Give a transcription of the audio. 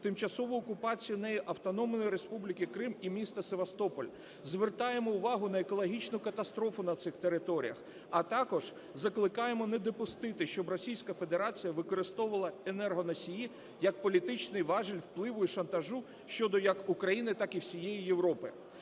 тимчасову окупацію нею Автономної Республіки Крим і міста Севастополь, звертаємо увагу на екологічну катастрофу на цих територіях, а також закликаємо не допустити, щоб Російська Федерація використовувала енергоносії як політичний важіль впливу і шантажу щодо як України, так і всієї Європи.